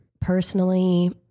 personally